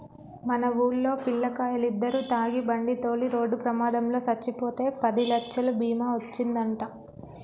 మన వూల్లో పిల్లకాయలిద్దరు తాగి బండితోలి రోడ్డు ప్రమాదంలో సచ్చిపోతే పదిలచ్చలు బీమా ఒచ్చిందంట